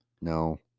no